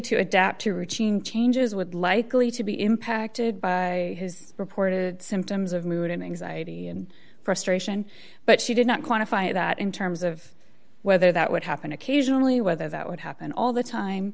to adapt to routine changes would likely to be impacted by his reported symptoms of mood and anxiety and frustration but she did not quantify that in terms of whether that would happen occasionally whether that would happen all the